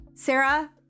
Sarah